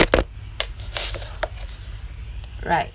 right